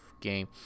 game